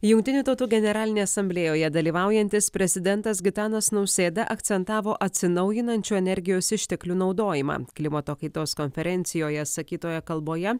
jungtinių tautų generalinėje asamblėjoje dalyvaujantis prezidentas gitanas nausėda akcentavo atsinaujinančių energijos išteklių naudojimą klimato kaitos konferencijoje sakytoje kalboje